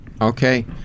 Okay